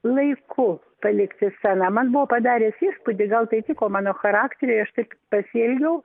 laiku palikti sceną man buvo padaręs įspūdį gal tai tiko mano charakteriui aš taip pasielgiau